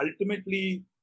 ultimately